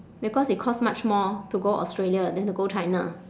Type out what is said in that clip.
because it costs much more to go australia than to go china